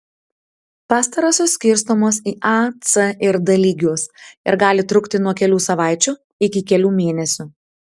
pastarosios skirstomos į a c ir d lygius ir gali trukti nuo kelių savaičių iki kelių mėnesių